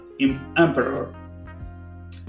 emperor